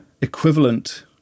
equivalent